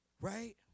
right